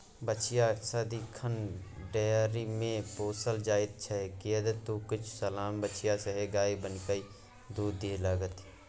बछिया सदिखन डेयरीमे पोसल जाइत छै किएक तँ किछु सालमे बछिया सेहो गाय बनिकए दूध दिअ लागतै